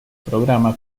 programa